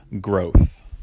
growth